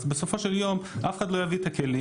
אבל בסופו של יום אף אחד לא יביא את הכלים,